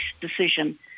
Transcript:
decision